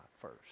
first